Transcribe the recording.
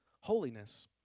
holiness